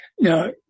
Now